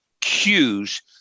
cues